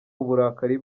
uburakari